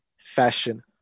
fashion